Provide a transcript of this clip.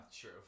true